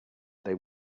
they